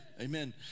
amen